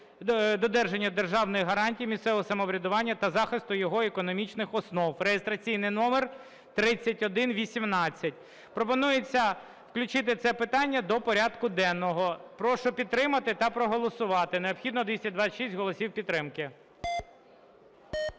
додержання державних гарантій місцевого самоврядування та захисту його економічних основ (реєстраційний номер 3118). Пропонується включити це питання до порядку денного. Прошу підтримати та проголосувати. Необхідно 226 голосів підтримки.